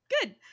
good